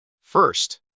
first